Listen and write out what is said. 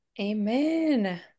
Amen